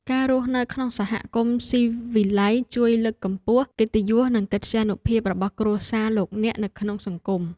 ការរស់នៅក្នុងសហគមន៍ស៊ីវិល័យជួយលើកកម្ពស់កិត្តិយសនិងកិត្យានុភាពរបស់គ្រួសារលោកអ្នកនៅក្នុងសង្គម។